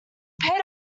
paid